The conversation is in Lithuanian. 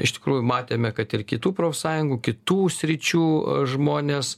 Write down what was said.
iš tikrųjų matėme kad ir kitų profsąjungų kitų sričių žmonės